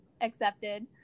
accepted